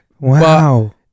Wow